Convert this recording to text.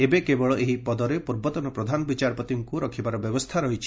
ଏବେ କେବଳ ଏହି ପଦରେ ପୂର୍ବତନ ପ୍ରଧାନ ବିଚାରପତିମାନଙ୍କୁ ରଖିବାର ବ୍ୟବସ୍ଥା ରହିଛି